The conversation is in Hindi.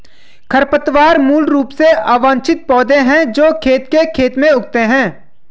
खरपतवार मूल रूप से अवांछित पौधे हैं जो खेत के खेत में उगते हैं